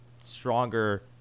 stronger